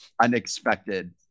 unexpected